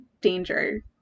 danger